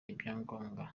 ibyangombwa